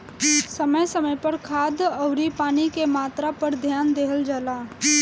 समय समय पर खाद अउरी पानी के मात्रा पर ध्यान देहल जला